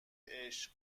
عشق